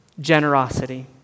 generosity